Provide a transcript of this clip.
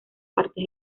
parte